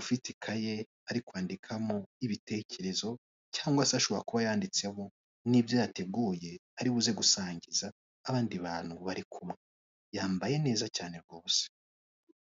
ufite ikaye ari kwandikamo ibitekerezo cyangwa se ashobora kuba yanditsemo n'ibyo yateguye ari buze gusangiza abandi bantu bari kumwe yambaye neza cyane rwose.